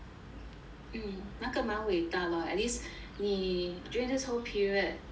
hmm 那个蛮伟大 lor at least 你 during this whole period